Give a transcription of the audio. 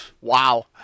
Wow